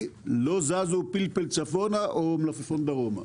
לא זזה פלפל צפונה או מלפפון דרומה.